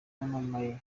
yamamaye